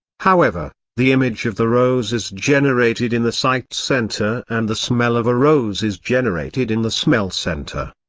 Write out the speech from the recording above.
however, the image of the rose is generated in the sight center and the smell of a rose is generated in the smell center.